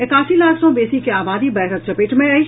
एकासी लाख सँ बेसी के आबादी बाढ़िक चपेट मे अछि